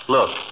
Look